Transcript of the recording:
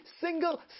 single